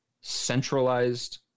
centralized